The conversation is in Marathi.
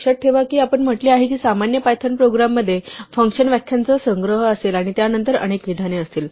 लक्षात ठेवा की आपण म्हटले आहे की सामान्य पायथन प्रोग्राममध्ये फंक्शन व्याख्यांचा संग्रह असेल आणि त्यानंतर अनेक विधाने असतील